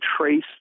trace